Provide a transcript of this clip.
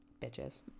Bitches